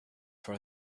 for